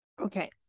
Okay